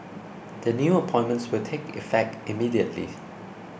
the new appointments will take effect immediately